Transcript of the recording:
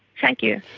thank you.